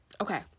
okay